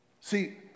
See